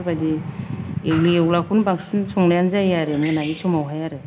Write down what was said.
बेफोरबायदि एवलु एवला खौनो बांसिन संनायानो जायो आरो मोनानि समावहाय आरो